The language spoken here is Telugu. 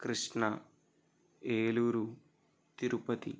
కృష్ణా ఏలూరు తిరుపతి